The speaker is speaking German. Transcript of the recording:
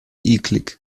eklig